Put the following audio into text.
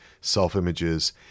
self-images